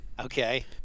Okay